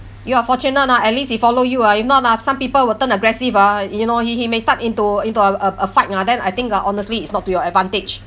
you are fortunate lah at least he follow you ah if not ah some people will turn aggressive ah you know he he may start into into a a a fight ah then I think ah honestly it's not to your advantage